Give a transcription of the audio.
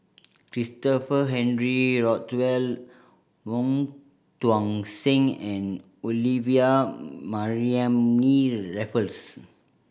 Christopher Henry Rothwell Wong Tuang Seng and Olivia Mariamne Raffles